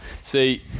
See